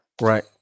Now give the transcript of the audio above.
Right